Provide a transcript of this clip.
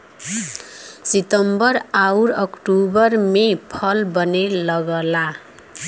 सितंबर आउर अक्टूबर में फल बने लगला